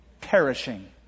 Perishing